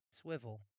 swivel